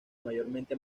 mayormente